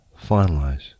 finalize